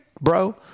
bro